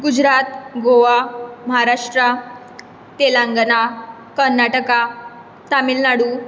Gujarat Goa Maharashtra Telangana Karnataka Tamil Nadu